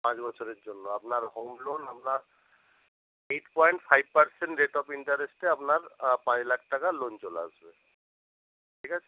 পাঁচ বছরের জন্য আপনার হোম লোন আপনার eight point five percent rate of ইন্টারেস্টে আপনার পাঁচ লাখ টাকার লোন চলে আসবে ঠিক আছে